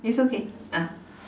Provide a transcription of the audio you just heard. it's okay ah